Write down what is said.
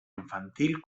infantil